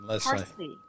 Parsley